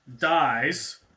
dies